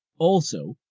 also,